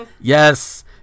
yes